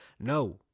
No